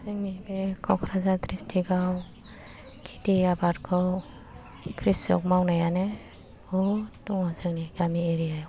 जोंनि बे क'क्राझार द्रिसट्रिकआव खेति आबादखौ क्रिसक मावनायानो बहुद दङ' जोंनि गामि एरियायाव